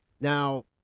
now